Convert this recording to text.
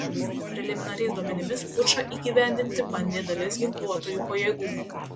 preliminariais duomenimis pučą įgyvendinti bandė dalis ginkluotųjų pajėgų